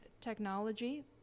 technology